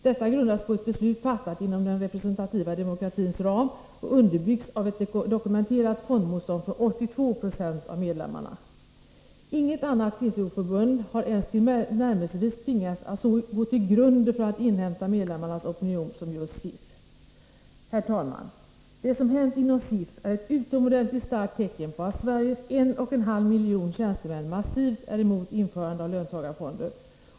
Detta grundar sig på ett beslut, fattat inom den representativa demokratins ram, och underbyggs av ett dokumenterat fondmotstånd från 82 76 av medlemmarna. Inget annat TCO-förbund har ens tillnärmelsevis tvingats att gå så till grunden för att inhämta medlemmarnas opinion som just SIF. Herr talman! Det som hänt inom SIF är ett utomordentligt starkt tecken på att Sveriges en och halv miljon tjänstemän massivt är emot införande av löntagarfonder.